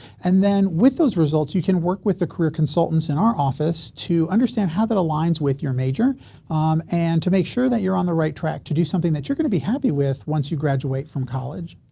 and then, with those results, you can work with the career consultants in our office to understand how that aligns with your major and to make sure that you're on the right track to do something that you're going to be happy with once you graduate from college.